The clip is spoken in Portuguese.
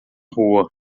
rua